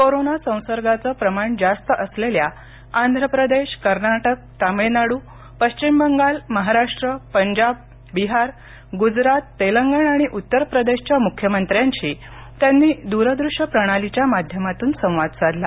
corona संसर्गाचं प्रमाण जास्त असलेल्या आंध्र प्रदेश कर्नाटक तामिळनाडू पश्चिम बंगाल महाराष्ट्र पंजाब बिहार गुजरात तेलंगण आणि उत्तर प्रदेशच्या मुख्यमंत्र्यांशी त्यांनी द्रदृश्य प्रणालीच्या माध्यमातून संवाद साधला